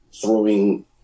throwing